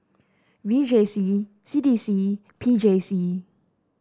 V J C C D C P J C